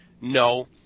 no